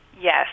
yes